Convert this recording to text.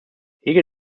hegel